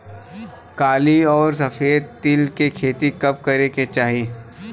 काली अउर सफेद तिल के खेती कब करे के चाही?